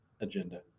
agenda